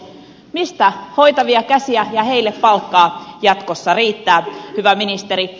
mistä hoitavia käsiä ja heille palkkaa jatkossa riittää hyvä ministeri